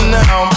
now